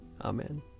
Amen